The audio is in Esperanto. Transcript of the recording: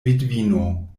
vidvino